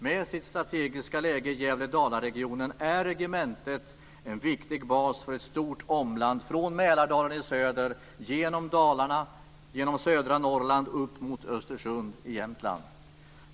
Med sitt strategiska läge i Gävle/Dalaregionen är regementet dessutom en viktig bas för ett stort omland från Mälardalen i söder genom Dalarna och södra Norrland och upp mot Östersund i Jämtland.